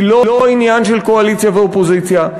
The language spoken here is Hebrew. היא לא עניין של קואליציה ואופוזיציה.